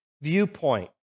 viewpoint